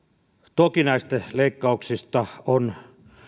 toki näistä leikkauksista on